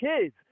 kids